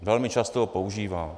Velmi často ho používá.